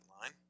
line